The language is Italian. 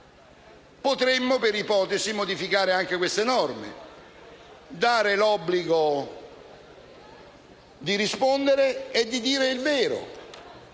Potremmo, per ipotesi, modificare anche queste norme e stabilire l'obbligo di rispondere e di dire il vero.